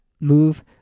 move